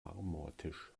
marmortisch